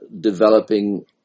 developing